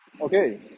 okay